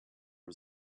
was